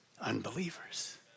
unbelievers